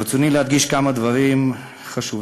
ברצוני להדגיש כמה דברים חשובים.